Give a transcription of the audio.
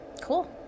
cool